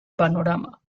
panorama